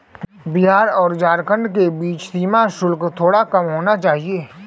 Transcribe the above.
बिहार और झारखंड के बीच सीमा शुल्क थोड़ा कम होना चाहिए